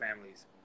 families